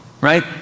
right